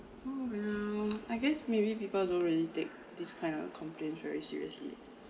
oh well I guess maybe people don't really take this kind of complaint very seriously